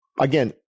again